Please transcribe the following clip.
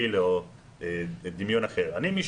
וזה חלק ממני.